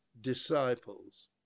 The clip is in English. disciples